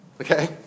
Okay